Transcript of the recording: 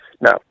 No